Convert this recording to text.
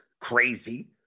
crazy